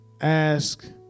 ask